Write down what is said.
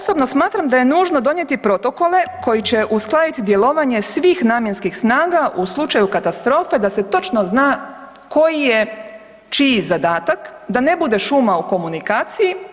Osobno smatram da je nužno donijeti protokole koji će uskladiti djelovanje svih namjenskih snaga u slučaju katastrofe, da se točno zna koji je čiji zadatak, da ne bude šuma u komunikaciji.